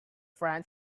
friend